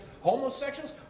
homosexuals